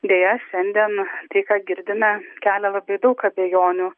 deja šiandien tai ką girdime kelia labai daug abejonių